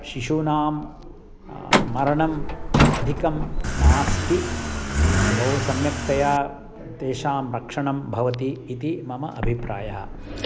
शिशूनां मरणम् अधिकं नास्ति बहु सम्यक्तया तेषां रक्षणं भवति इति मम अभिप्रायः